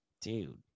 Dude